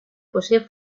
posee